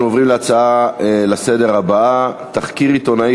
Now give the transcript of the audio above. אנחנו עוברים לנושא הבא: תחקיר עיתונאי